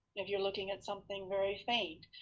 if you're looking at something very faint.